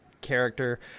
character